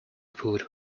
food